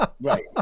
right